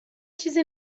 چیزی